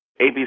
ABC